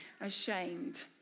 ashamed